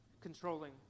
controlling